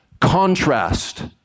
Contrast